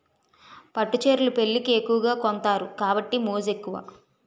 పట్టు చీరలు పెళ్లికి ఎక్కువగా కొంతారు కాబట్టి మోజు ఎక్కువ